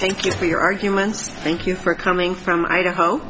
thank you for your arguments thank you for coming from idaho